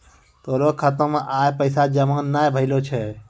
तोरो खाता मे आइ पैसा जमा नै भेलो छौं